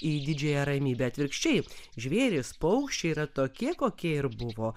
į didžiąją ramybę atvirkščiai žvėrys paukščiai yra tokie kokie ir buvo